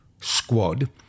squad